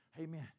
Amen